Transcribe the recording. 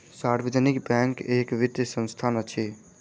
सार्वजनिक बैंक एक वित्तीय संस्थान अछि